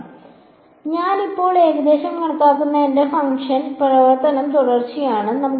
അതിനാൽ ഞാൻ ഇപ്പോൾ ഏകദേശം കണക്കാക്കുന്ന എന്റെ പ്രവർത്തനം തുടർച്ചയായതാണ്